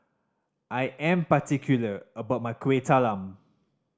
I am particular about my Kuih Talam